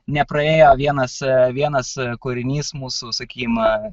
nepraėjo vienas vienas kūrinys mūsų sakykim